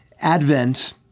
Advent